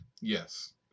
Yes